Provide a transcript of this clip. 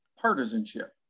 partisanship